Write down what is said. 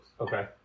okay